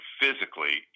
physically